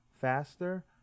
faster